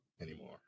anymore